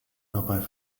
dabei